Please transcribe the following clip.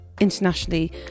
internationally